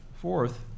Fourth